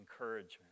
Encouragement